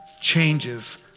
changes